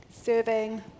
Serving